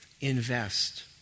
invest